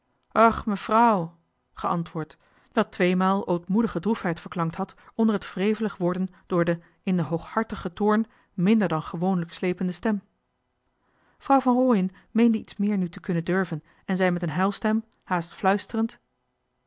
geantwoord dat tweemaal ootmoedige droefheid verklankt had onder t wrevelig berispen der in den hooghartigen toorn minder dan gewoonlijk slepende stem vrouw van rooien meende iets meer nu te kunnen durven en zei met een huilstem haast fluisterend